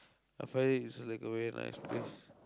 a ferry is like a very nice place